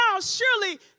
surely